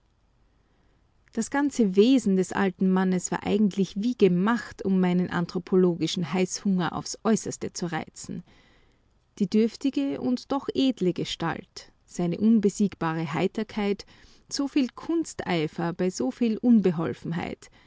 das ganze wesen des alten mannes war eigentlich wie gemacht um meinen anthropologischen heißhunger aufs äußerste zu reizen die dürftige und doch edle gestalt seine unbesiegbare heiterkeit so viel kunsteifer bei so viel